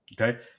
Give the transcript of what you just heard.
Okay